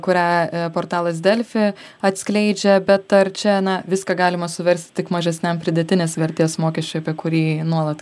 kurią portalas delfi atskleidžia bet ar čia na viską galima suversti tik mažesniam pridėtinės vertės mokesčiui apie kurį nuolat